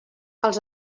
els